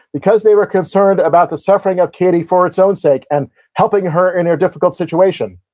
because they were concerned about the suffering of katie for its own sake, and helping her in her difficult situation.